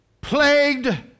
plagued